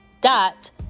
dot